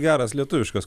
geras lietuviškas